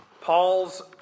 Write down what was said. Paul's